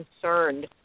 concerned